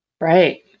Right